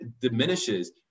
diminishes